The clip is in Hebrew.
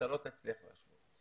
אתה לא תצליח להשוות.